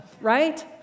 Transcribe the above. Right